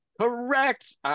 Correct